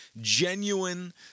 genuine